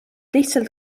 lihtsalt